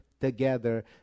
together